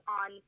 on